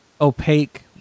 opaque